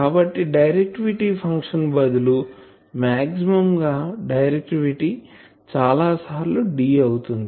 కాబట్టి directivity function బదులు maximum గా డైరెక్టివిటీ చాలా సార్లు D అవుతుంది